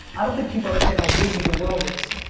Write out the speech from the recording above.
i don't think people understand how busy the world is.